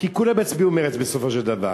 כי כולם יצביעו מרצ בסופו של דבר.